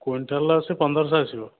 quintal ସେ ପନ୍ଦରଶହ ଆସିବ